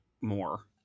more